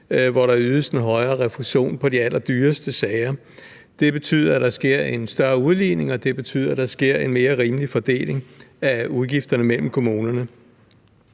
hvor der ydes en højere refusion i de allerdyreste sager. Det betyder, at der sker en større udligning, og det betyder, at der sker en mere rimelig fordeling af udgifterne mellem kommunerne.